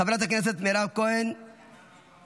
חברת הכנסת מירב כהן, אינה נוכחת.